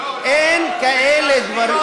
אין כאלה דברים.